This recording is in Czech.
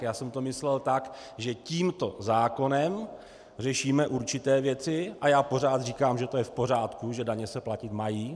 Já jsem to myslel tak, že tímto zákonem řešíme určité věci, a já pořád říkám, že to je v pořádku, že daně se platit mají.